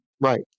right